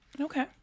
Okay